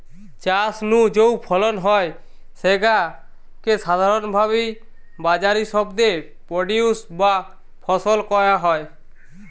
চাষ নু যৌ ফলন হয় স্যাগা কে সাধারণভাবি বাজারি শব্দে প্রোডিউস বা ফসল কয়া হয়